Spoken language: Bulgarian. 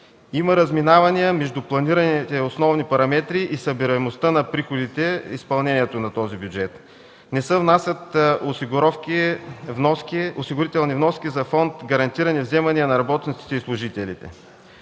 има разминавания между планираните основни параметри и събираемостта на приходите в изпълнението на този бюджет; не се внасят осигурителни вноски за Фонд „Гарантирани вземания на работниците и служителите”.